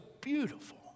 beautiful